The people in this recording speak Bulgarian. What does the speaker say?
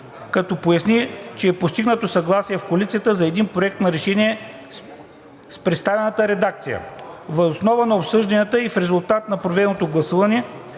като поясни, че е постигнато съгласие в коалицията за един проект на решение с представената редакция. Въз основа на обсъжданията и в резултат на проведеното гласуване